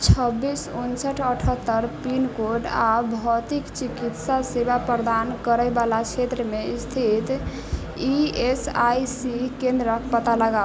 छब्बीस उनसठि अठहत्तरि पिनकोड आओर भौतिक चिकित्सा सेवा प्रदान करैवला क्षेत्रमे स्थित ई एस आइ सी केन्द्रके पता लगाउ